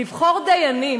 לבחור דיינים?